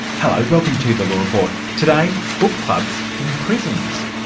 hello, welcome to the law report. today, book clubs in prisons.